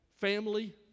family